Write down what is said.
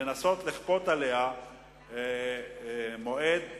לנסות לכפות עליה מועד אחר,